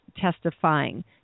testifying